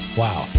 Wow